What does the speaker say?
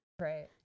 Right